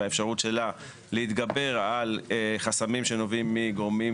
והאפשרות שלה להתגבר על חסמים שנובעים מגורמי